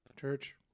Church